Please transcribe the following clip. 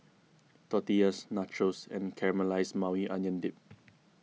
Tortillas Nachos and Caramelized Maui Onion Dip